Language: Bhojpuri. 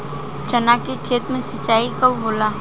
चना के खेत मे सिंचाई कब होला?